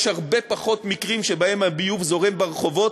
יש הרבה פחות מקרים שהביוב זורם ברחובות.